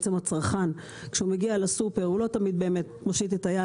כשהצרכן מגיע לסופר הוא לא תמיד מושיט את היד